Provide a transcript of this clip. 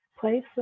place